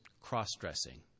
cross-dressing